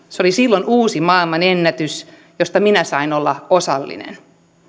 se oli silloin uusi maail manennätys josta minä sain olla osallinen